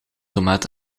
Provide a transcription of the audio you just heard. tomaat